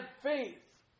faith